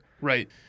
Right